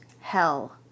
hell